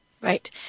Right